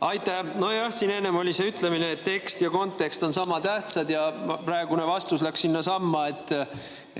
Aitäh! Nojah, siin enne oli see ütlemine, et tekst ja kontekst on sama tähtsad, ja praegune vastus läks sinnasamma,